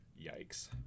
yikes